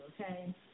okay